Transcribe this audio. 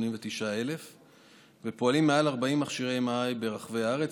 1:189,000. פועלים מעל 40 מכשירי MRI ברחבי הארץ,